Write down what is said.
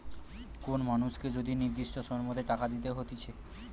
কোন মানুষকে যদি নির্দিষ্ট সময়ের মধ্যে টাকা দিতে হতিছে